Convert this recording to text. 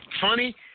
funny